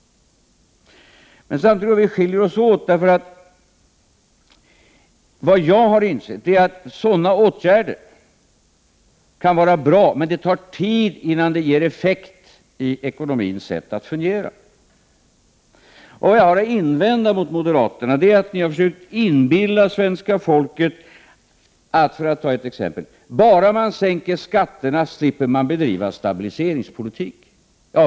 Men samtidigt tror jag att vi skiljer oss åt. Vad jag har insett är att sådana åtgärder kan vara bra, men det tar tid innan man ser effekt i ekonomins sätt att fungera. Vad jag har att invända mot moderaterna är att ni har försökt inbilla svenska folket att, för att ta ett exempel: ”Bara man sänker skatterna slipper man bedriva stabiliseringspolitik”.